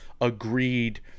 agreed